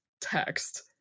text